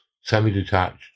semi-detached